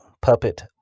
Puppet